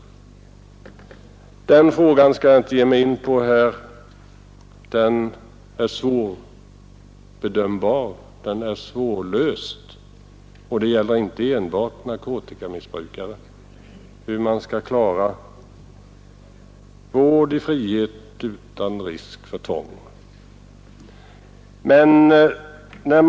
— Den frågan skall jag dock inte ge mig in på här; den är svårbedömbar — och detta gäller inte enbart beträffande narkotikamissbrukare. Även problemet hur man skall kunna klara vård i frihet utan risk för tvång är svårlöst.